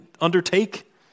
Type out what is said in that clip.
undertake